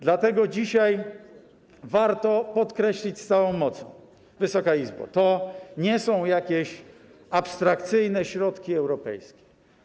Dlatego dzisiaj warto podkreślić z całą mocą, Wysoka Izbo, że to nie są jakieś abstrakcyjne środki europejskie.